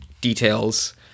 details